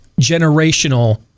generational